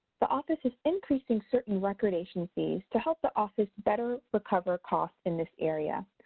the office is increasing certain recordation fees to help the office better recover costs in this area.